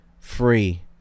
free